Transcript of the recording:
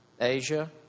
Asia